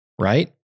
right